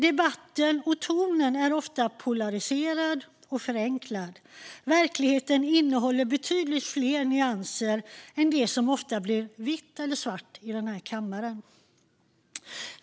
Debatten och tonen är ofta polariserad och förenklad. Verkligheten innehåller betydligt fler nyanser än det som ofta blir vitt eller svart i den här kammaren.